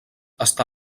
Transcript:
està